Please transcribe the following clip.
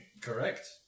Correct